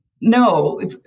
no